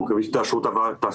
אנחנו מקווים שתאשרו את התקנות.